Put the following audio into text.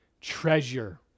treasure